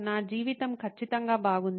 నా జీవితం ఖచ్చితంగా బాగుంది